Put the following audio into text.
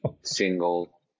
single